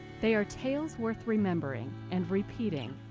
they are tales worth remembering. and repeating.